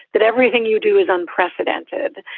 that everything you do is unprecedented.